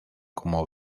como